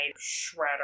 Shredder